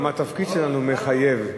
גם התפקיד שלנו מחייב.